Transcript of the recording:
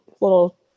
little